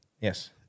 Yes